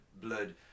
blood